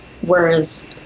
whereas